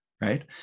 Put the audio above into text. Right